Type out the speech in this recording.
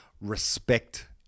respect